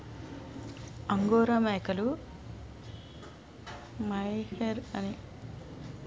angora మేకలు mohair అని పిలువబడే మెరుపు పీచును ఉత్పత్తి చేస్తాయి